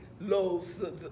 loaves